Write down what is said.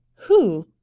who?